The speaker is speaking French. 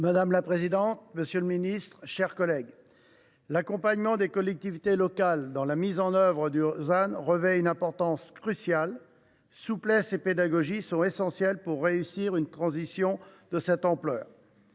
Madame la présidente, monsieur le ministre, mes chers collègues, l’accompagnement des collectivités territoriales dans la mise en œuvre des objectifs du ZAN revêt une importance cruciale : la souplesse et la pédagogie sont essentielles pour réussir une transition de cette ampleur.